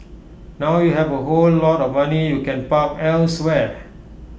now you have A whole lot of money you can park elsewhere